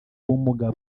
ubumuga